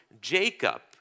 Jacob